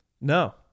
No